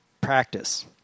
practice